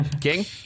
King